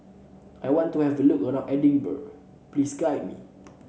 I want to have a look around Edinburgh please guide me